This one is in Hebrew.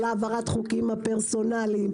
העברת חוקים פרסונליים,